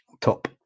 top